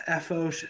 FO